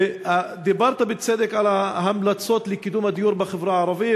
דיברת בצדק על ההמלצות לקידום הדיור בחברה הערבית.